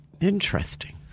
Interesting